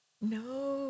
no